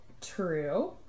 true